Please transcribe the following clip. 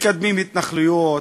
מקדמים התנחלויות,